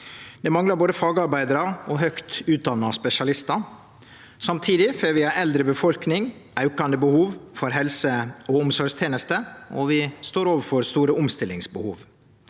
Det manglar både fagarbeidarar og høgt utdanna spesialistar. Samtidig får vi ei eldre befolkning og aukande behov for helse- og omsorgstenester, og vi står overfor store omstillingsbehov.